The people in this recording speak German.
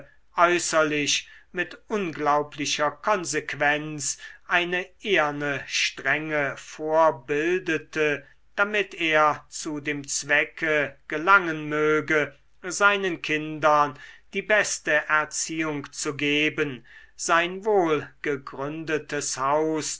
äußerlich mit unglaublicher konsequenz eine eherne strenge vorbildete damit er zu dem zwecke gelangen möge seinen kindern die beste erziehung zu geben sein wohlgegründetes haus